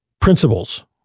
principles